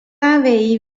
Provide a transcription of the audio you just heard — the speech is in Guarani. avei